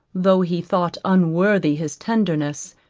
though he thought unworthy his tenderness,